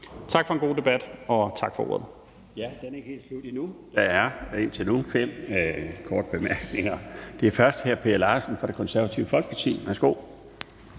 Tak for en god debat, og tak for ordet.